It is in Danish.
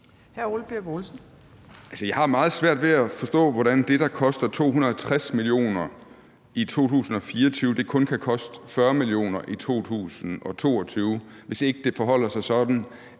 jeg har meget svært ved at forstå, hvordan det, der koster 260 mio. kr. i 2024, kun kan koste 40 mio. kr. i 2022, hvis ikke det forholder sig sådan,